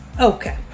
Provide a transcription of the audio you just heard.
Okay